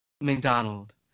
McDonald